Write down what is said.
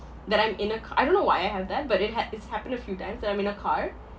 that I'm in uh car I don't know why I have that but it had it's happened a few times that I'm in a car